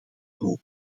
hoog